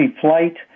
flight